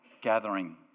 gathering